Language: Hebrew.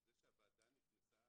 זה שהוועדה נכנסה